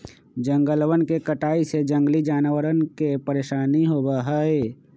जंगलवन के कटाई से जंगली जानवरवन के परेशानी होबा हई